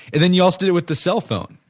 and then you also do with the cellphone,